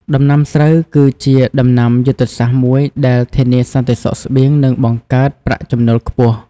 ដំណាំស្រូវគឺជាដំណាំយុទ្ធសាស្ត្រមួយដែលធានាសន្តិសុខស្បៀងនិងបង្កើតប្រាក់ចំណូលខ្ពស់។